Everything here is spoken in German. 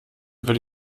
werde